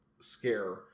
scare